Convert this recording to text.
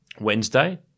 Wednesday